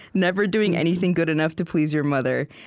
never doing anything good enough to please your mother.